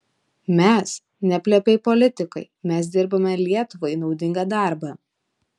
mes ne plepiai politikai mes dirbame lietuvai naudingą darbą